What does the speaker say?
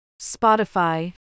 Spotify